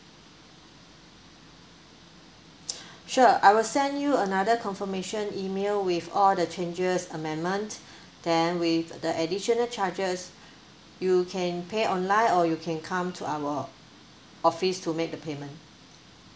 sure I will send you another confirmation email with all the changes amendment then with the additional charges you can pay online or you can come to our office to make the payment